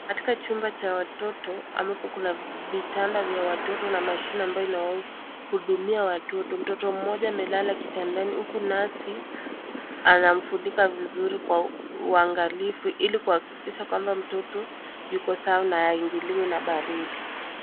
Katika chumba cha watoto ambapo kuna vitanda vya watoto na mashine ambayo inawahudumia watoto, mtoto mmoja amelala kitandani huku nasi anamfunika vizuri kwa uangalifu ili kuhakikisha kwamba mtoto yuko sawa na haingiliwi na baridi.